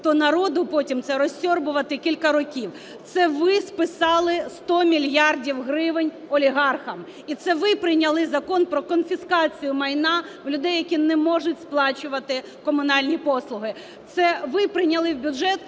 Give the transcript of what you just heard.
то народу потім це розсьорбувати кілька років. Це ви списали 100 мільярдів гривень олігархам і це ви прийняли Закон про конфіскацію майна в людей, які не можуть сплачувати комунальні послуги. Це ви прийняли бюджет,